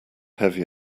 heavy